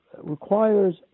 requires